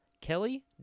Kelly